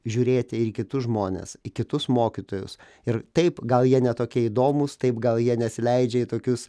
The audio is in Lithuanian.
žiūrėti ir į kitus žmones į kitus mokytojus ir taip gal jie ne tokie įdomūs taip gal jie nesileidžia į tokius